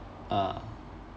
ah